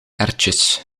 erwtjes